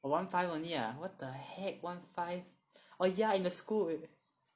oh one five only ah what the heck one five oh ya in the school